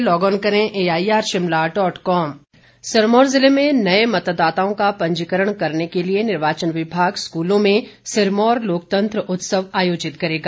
लोकतंत्र उत्सव सिरमौर जिले में नए मतदाताओं का पंजीकरण करने के लिए निर्वाचन विभाग स्कूलों में सिरमौर लोकतंत्र उत्सव आयोजित करेगा